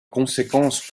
conséquences